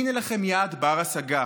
הינה לכם יעד בר-השגה.